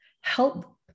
help